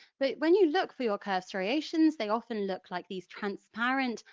but when you look for your curved striations, they often look like these transparent,